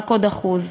רק עוד אחוז.